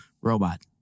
robot